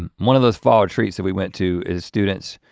um one of those fall retreats that we went to as students,